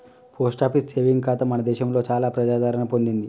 post office saving ఖాతా మన దేశంలో చాలా ప్రజాదరణ పొందింది